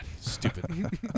stupid